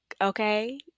Okay